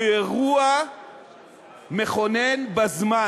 הוא אירוע מכונן בזמן: